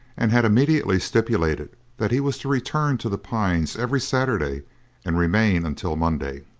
and had immediately stipulated that he was to return to the pines every saturday and remain until monday.